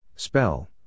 Spell